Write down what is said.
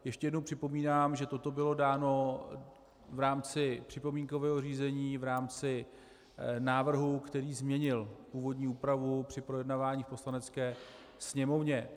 Ještě jednou připomínám, že toto bylo dáno v rámci připomínkového řízení, v rámci návrhu, který změnil původní úpravu při projednávání v Poslanecké sněmovně.